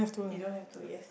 you don't have to yes